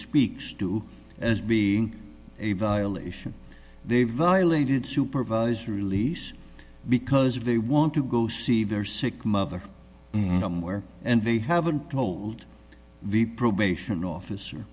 speaks to as being a violation they violated supervised release because if they want to go see their sick mother and them where and they haven't told the probation officer